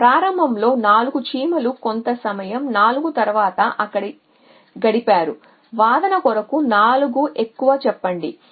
కాబట్టి ప్రారంభంలో 4 చీమలు కొంత సమయం 4 తర్వాత అక్కడ గడిపారు కాబట్టి వాదన కొరకు 4 ఎక్కువ చెప్పండి